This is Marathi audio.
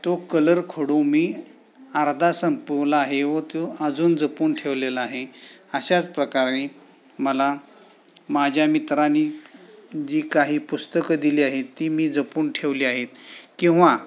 तो कलर खडू मी अर्धा संपवला आहे तो अजून जपून ठेवलेला आहे अशाच प्रकारे मला माझ्या मित्रांनी जी काही पुस्तकं दिली आहे ती मी जपून ठेवली आहेत किंवा